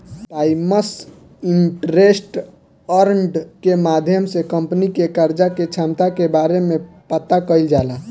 times interest earned के माध्यम से कंपनी के कर्जा के क्षमता के बारे में पता कईल जाला